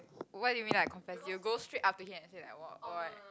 what do you mean I confess you go straight up to him and like !woah!